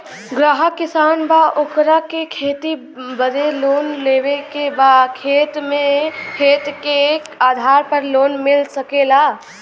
ग्राहक किसान बा ओकरा के खेती बदे लोन लेवे के बा खेत के आधार पर लोन मिल सके ला?